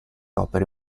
opere